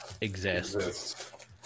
exist